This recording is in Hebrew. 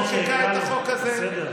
בושה.